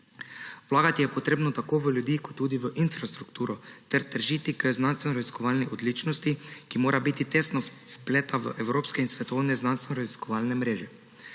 Vlagati je potrebno tako v ljudi kot tudi v infrastrukturo ter težiti k znanstvenoraziskovalni odličnosti, ki mora biti tesno vpeta v evropske in svetovne znanstvenoraziskovalne mreže.